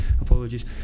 apologies